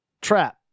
Trap